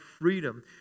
freedom